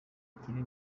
ikiri